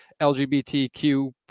lgbtq